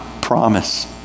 Promise